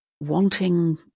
wanting